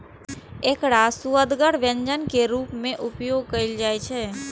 एकरा सुअदगर व्यंजन के रूप मे उपयोग कैल जाइ छै